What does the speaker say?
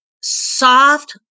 soft